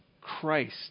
Christ